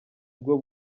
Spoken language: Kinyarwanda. bwo